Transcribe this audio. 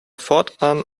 fortan